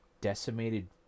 decimated